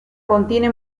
contiene